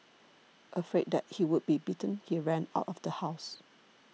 afraid that he would be beaten he ran out of the house